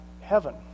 heaven